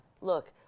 look